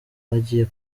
agiye